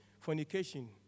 fornication